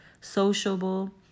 sociable